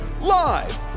live